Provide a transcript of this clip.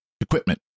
equipment